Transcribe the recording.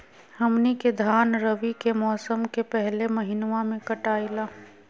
हमनी के धान रवि के मौसम के पहले महिनवा में कटाई ला